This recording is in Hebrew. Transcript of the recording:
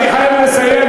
אני חייב לסיים,